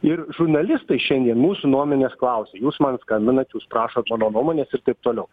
ir žurnalistai šiandien mūsų nuomonės klausia jūs man skambinat jūs prašot mano nuomonės ir taip toliau